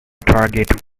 target